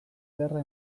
ederra